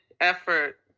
effort